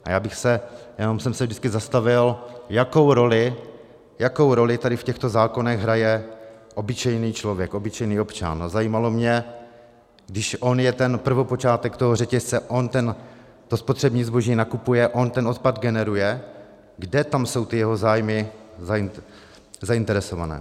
A já jsem se jenom vždycky zastavil, jakou roli tady v těchto zákonech hraje obyčejný člověk, obyčejný občan, a zajímalo mě, když on je ten prvopočátek toho řetězce, on to spotřební zboží nakupuje, on ten odpad generuje, kde tam jsou ty jeho zájmy zainteresované.